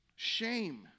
Shame